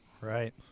right